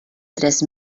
tres